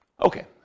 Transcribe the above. Okay